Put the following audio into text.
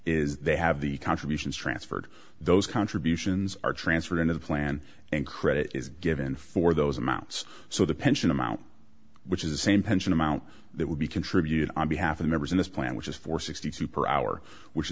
is they have the contributions transferred those contributions are transferred into the plan and credit is given for those amounts so the pension amount which is the same pension amount that would be contributed on behalf of members in this plan which is for sixty two dollars per hour which